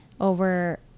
over